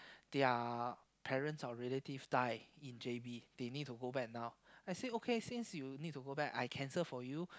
their parents or relative die in j_b they need to go back now I said okay since you need to go back I cancel for you